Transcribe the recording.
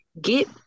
get